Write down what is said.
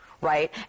right